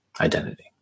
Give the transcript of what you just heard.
identity